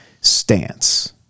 stance